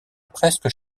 presque